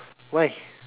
why